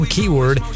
Keyword